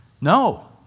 No